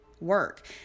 work